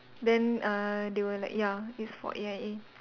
then uh they were like ya it's for A_I_A